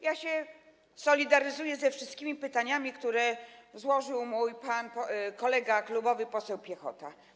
Ja się solidaryzuję ze wszystkimi pytaniami, które przedstawił mój kolega klubowy poseł Piechota.